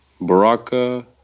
Baraka